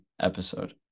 episode